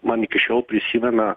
man iki šiol prisimena